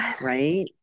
right